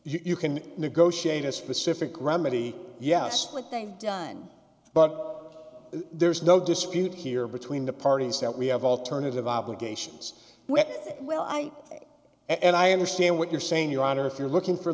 see you can negotiate a specific remedy yes what they've done but there's no dispute here between the parties that we have alternative obligations which will i think and i understand what you're saying your honor if you're looking for